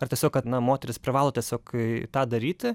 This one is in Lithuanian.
ar tiesiog kad na moteris privalo tiesiog tą daryti